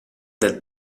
del